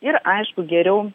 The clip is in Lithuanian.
ir aišku geriau